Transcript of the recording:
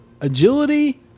agility